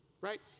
right